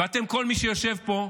ואתם, כל מי שיושבים פה,